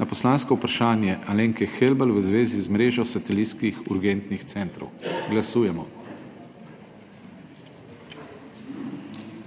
na poslansko vprašanje Alenke Helbl v zvezi z mrežo satelitskih urgentnih centrov. Glasujemo.